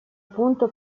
punto